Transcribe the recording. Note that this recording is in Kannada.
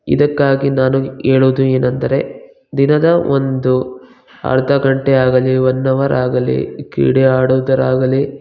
ಇದಕ್ಕಾಗಿ ನಾನು ಹೇಳೋದು ಏನೆಂದ್ರೆ ದಿನದ ಒಂದು ಅರ್ಧ ಗಂಟೆ ಆಗಲಿ ಒನ್ ಅವರ್ ಆಗಲಿ ಕ್ರೀಡೆ ಆಡೋದರಾಗಲಿ